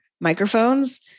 microphones